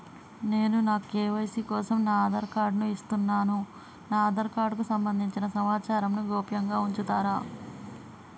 నేను నా కే.వై.సీ కోసం నా ఆధార్ కార్డు ను ఇస్తున్నా నా ఆధార్ కార్డుకు సంబంధించిన సమాచారంను గోప్యంగా ఉంచుతరా?